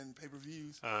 pay-per-views